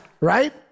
Right